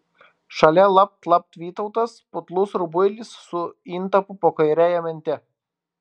šalia lapt lapt vytautas putlus rubuilis su intapu po kairiąja mente